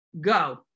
Go